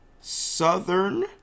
southern